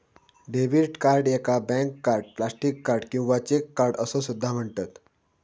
debit card याका bank card, plastic card किंवा check card असो सुद्धा म्हणतत